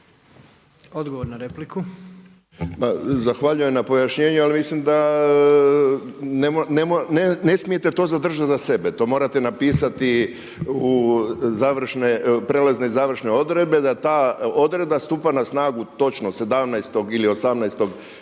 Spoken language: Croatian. (HSU)** Ma zahvaljujem na pojašnjenju, ali mislim da ne smijete to zadržati za sebe. To morate napisati u prijelazne završne odredbe da ta odredba stupa na snagu točno 17. ili 18. siječnja